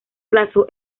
plazo